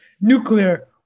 nuclear